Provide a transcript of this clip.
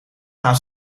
gaan